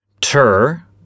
tur